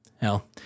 hell